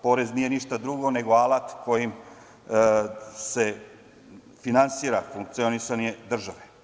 Porez nije ništa drugo nego alat kojim se finansira funkcionisanje države.